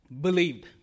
Believed